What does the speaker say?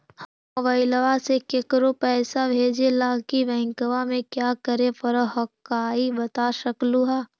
हमरा मोबाइलवा से केकरो पैसा भेजे ला की बैंकवा में क्या करे परो हकाई बता सकलुहा?